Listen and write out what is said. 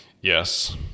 Yes